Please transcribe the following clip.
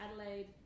Adelaide